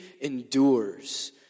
endures